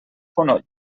fonoll